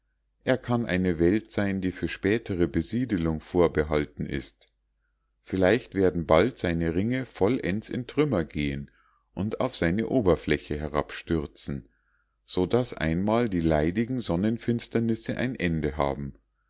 er kann eine welt sein die für spätere besiedelung vorbehalten ist vielleicht werden bald seine ringe vollends in trümmer gehen und auf seine oberfläche herabstürzen so daß einmal die leidigen sonnenfinsternisse ein ende haben